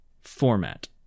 format